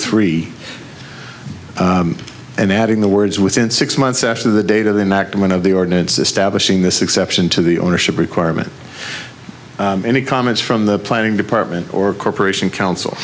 three and adding the words within six months after the data than that one of the ordinance establishing this exception to the ownership requirement any comments from the planning department or corporation coun